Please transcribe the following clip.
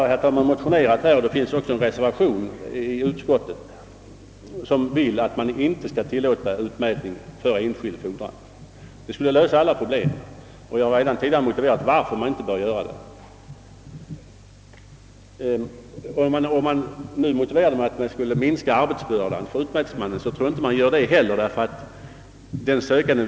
Som villkor för utmätning föreslås att kreditkort som avser den skattskyldige kommit utmätningsmannen till handa.